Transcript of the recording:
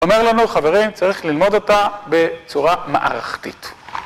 אומר לנו חברים, צריך ללמוד אותה בצורה מערכתית.